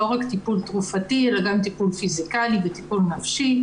לא רק טיפול תרופתי אלא גם טיפול פיזיקלי וטיפול נפשי,